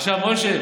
עכשיו משה,